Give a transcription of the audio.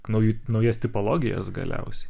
naujų naujas tipologijas galiausiai